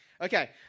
Okay